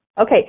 Okay